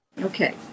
Okay